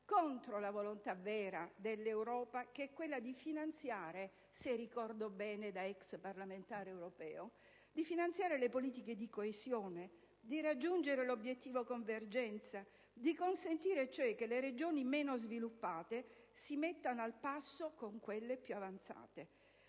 contro la volontà vera dell'Europa che, se ricordo bene da ex parlamentare europeo, è quella di finanziare le politiche di coesione, di raggiungere l'obiettivo convergenza, di consentire cioè che le Regioni meno sviluppate si mettano al passo con quelle più avanzate.